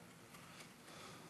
ישיב